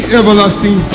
everlasting